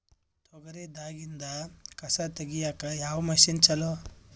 ತೊಗರಿ ದಾಗಿಂದ ಕಸಾ ತಗಿಯಕ ಯಾವ ಮಷಿನ್ ಚಲೋ?